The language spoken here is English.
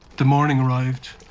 the morning arrived,